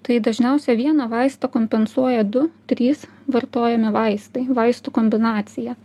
tai dažniausiai vieną vaistą kompensuoja du trys vartojami vaistai vaistų kombinacija